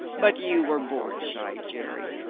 but you were born shy, jerry.